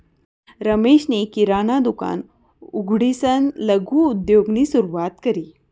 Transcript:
रमेशनी किराणा दुकान उघडीसन लघु उद्योगनी सुरुवात करी